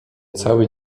cały